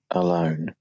alone